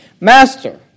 Master